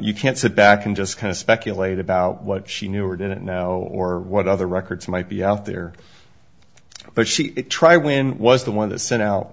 you can't sit back and just kind of speculate about what she knew or didn't know or what other records might be out there but she tried when was the one that sent out